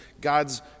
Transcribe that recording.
God's